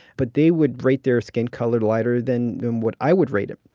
but they would rate their skin color lighter than what i would rate it.